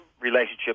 relationship